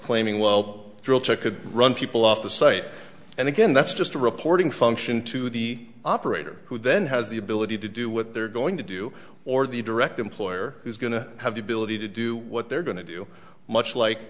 claiming well drill to could run people off the site and again that's just a reporting function to the operator who then has the ability to do what they're going to do or the direct employer is going to have the ability to do what they're going to do much like